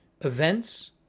events